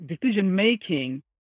decision-making